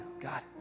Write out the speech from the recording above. God